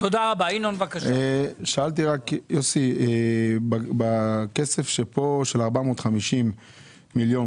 בשלוש השנים האחרונות מכרנו 4,760 דירות,